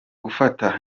gufata